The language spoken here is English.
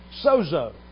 sozo